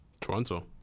Toronto